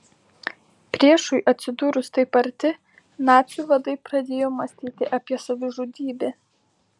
priešui atsidūrus taip arti nacių vadai pradėjo mąstyti apie savižudybę